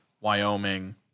Wyoming